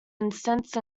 instance